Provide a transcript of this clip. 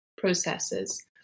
processes